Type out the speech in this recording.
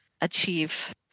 achieve